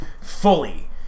fully